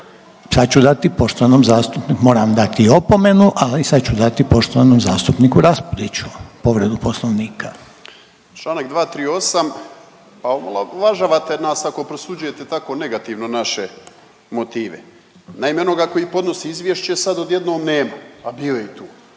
Sad ću dati i poštovanom zastupniku, moram dati i opomenu. Ali sad ću dati poštovanom zastupniku Raspudiću povredu Poslovnika. **Raspudić, Nino (MOST)** Čl. 238. Pa omalovažavate nas ako prosuđujete tako negativno naše motive. Naime, onoga koji podnosi izvješće sad odjednom nema, a bio je tu.